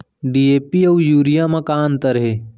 DAP अऊ urea म का अंतर हे?